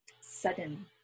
sudden